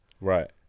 right